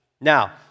Now